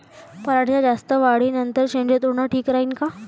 पराटीच्या जास्त वाढी नंतर शेंडे तोडनं ठीक राहीन का?